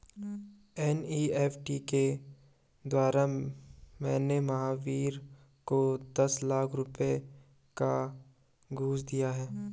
NEFT के द्वारा मैंने महावीर को दस लाख रुपए का घूंस दिया